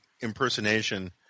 impersonation